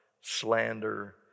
slander